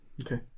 okay